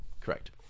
Correct